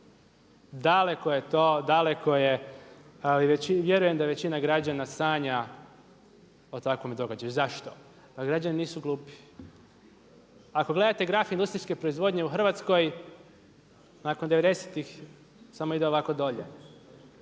Daleko je to, daleko ali vjerujem da je većina građana sanja o takvome događaju. Zašto? Jer građani nisu glupi. Ako gledate graf industrijske proizvodnje u Hrvatskoj nakon 90.tih samo ide ovako dolje.